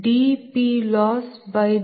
002 Pg2 0